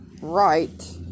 right